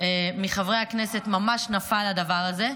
מחברי הכנסת ממש נפלו לדבר הזה.